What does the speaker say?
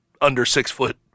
under-six-foot